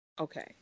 Okay